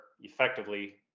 effectively